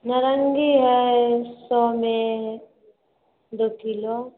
नारङ्गी हय सए मे दू किलो